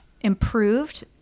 improved